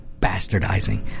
bastardizing